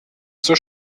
zur